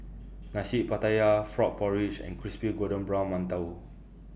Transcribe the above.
Nasi Pattaya Frog Porridge and Crispy Golden Brown mantou